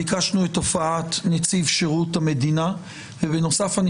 ביקשנו את הופעת נציב שירות המדינה ובנוסף אני